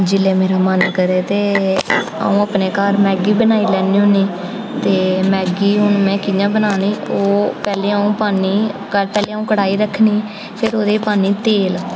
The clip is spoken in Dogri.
जेल्लै मेरा मन करै ते अ'ऊं अपने घर मैगी बनाई लैनी होनी ते मैगी हून में कि'यां बनानी ओह् पैह्लें अ'ऊं पानी पैह्लें अ'ऊं कड़ाई रखनी फिर ओह्दे ई पान्नी तेल